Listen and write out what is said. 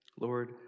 Lord